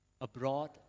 abroad